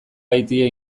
baitie